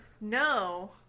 no